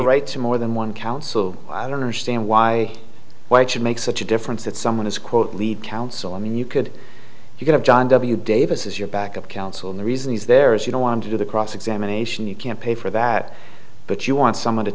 right to more than one counsel i don't understand why why it should make such a difference that someone is quote lead counsel i mean you could you could have john w davis as your backup counsel and the reason he's there is you don't want to do the cross examination you can't pay for that but you want